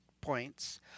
points